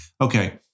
Okay